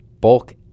Bulk